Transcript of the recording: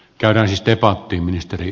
käväisi stepatti ministeri